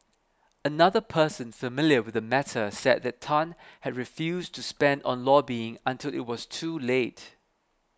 another person familiar with the matter said that Tan had refused to spend on lobbying until it was too late